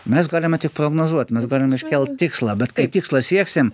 mes galime tik prognozuot mes galime iškelt tikslą bet kaip tikslą sieksim